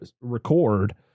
record